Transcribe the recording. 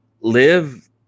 live